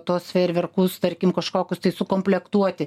tuos fejerverkus tarkim kažkokius tai sukomplektuoti